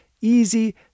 easy